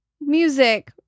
music